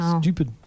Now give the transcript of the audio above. Stupid